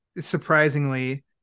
surprisingly